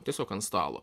tiesiog ant stalo